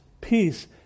peace